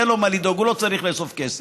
אין לו מה לדאוג, הוא לא צריך לאסוף כסף.